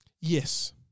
Yes